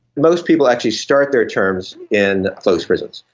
most people actually start their terms in closed prisons.